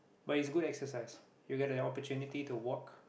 but it's good exercise you get an opportunity to walk